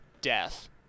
death